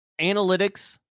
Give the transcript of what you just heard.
analytics